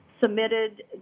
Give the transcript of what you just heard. submitted